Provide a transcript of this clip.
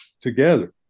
together